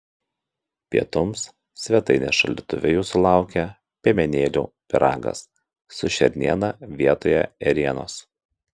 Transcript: pietums svetainės šaldytuve jūsų laukia piemenėlių pyragas su šerniena vietoje ėrienos